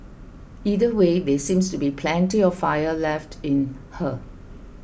either way there seems to be plenty of fire left in her